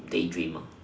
daydream ah